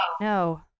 No